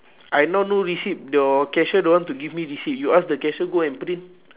I now no receipt your cashier don't want to give me receipt you ask the cashier go and print